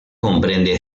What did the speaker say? comprende